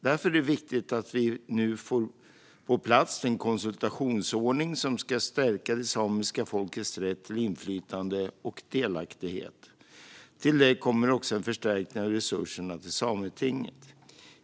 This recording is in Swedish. Därför är det viktigt att vi nu får på plats den konsultationsordning som ska stärka det samiska folkets rätt till inflytande och delaktighet. Till detta kommer också en förstärkning av resurserna till Sametinget.